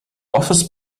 office